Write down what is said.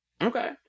Okay